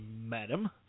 madam